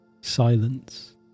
silence